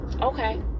okay